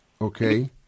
Okay